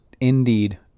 indeed